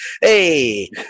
Hey